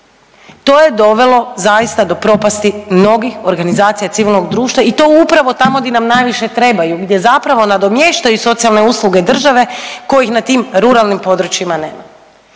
To je dovelo zaista do propasti mnogih organizacija civilnog društva i to upravo tamo di nam najviše trebaju, gdje zapravo nadomještaju socijalne usluge države kojih na tim ruralnim područjima nema.